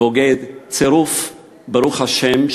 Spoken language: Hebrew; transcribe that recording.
"בוגד" ברוך השם,